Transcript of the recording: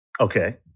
Okay